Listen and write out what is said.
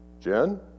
Jen